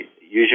usually